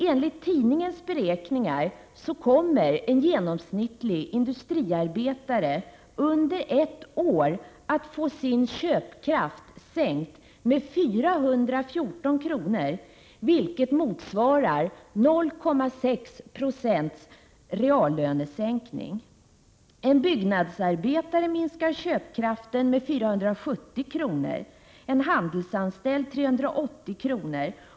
Enligt tidningens beräkningar kommer en genomsnittlig industriarbetare att under ett år få sin köpkraft sänkt med 414 kr., vilket motsvarar en reallönesänkning på 0,6 26. En byggnadsarbetare minskar sin köpkraft med 470 kr., en handelsanställd med 380 kr.